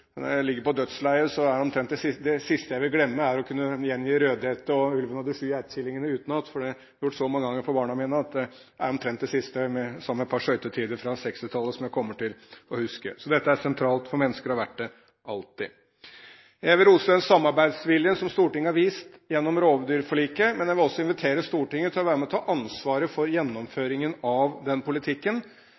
når jeg ligger på dødsleiet, er omtrent noe av det siste jeg vil komme til å glemme, det å gjengi Rødhette og ulven og Ulven og de sju geitekillingene utenat. Dette har jeg gjort så mange ganger for barna mine at det er omtrent det siste jeg kommer til å huske – sammen med et par skøytetider fra 1960-tallet. Så dette er sentralt for mennesker, og det har det alltid vært. Jeg vil rose den samarbeidsviljen som Stortinget har vist gjennom rovdyrforliket, men jeg vil også invitere Stortinget til å være med og ta ansvaret for gjennomføringen av den politikken.